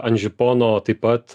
ant žipono taip pat